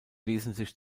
wesentlich